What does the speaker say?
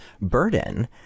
burden